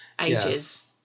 ages